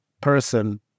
person